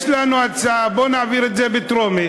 יש לנו הצעה: 1. בואו נעביר את זה בטרומית,